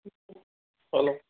hello